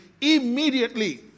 immediately